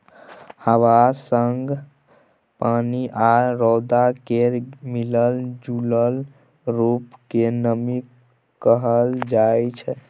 हबा संग पानि आ रौद केर मिलल जूलल रुप केँ नमी कहल जाइ छै